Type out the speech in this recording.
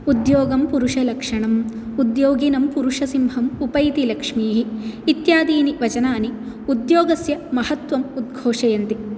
उद्योगं पुरुषलक्षणम् उद्योगिनं पुरुषसिंहम् उपैति लक्ष्मीः इत्यादीनि वचनानि उद्योगस्य महत्त्वम् उद्घोषयन्ति